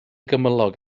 gymylog